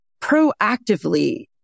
proactively